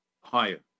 higher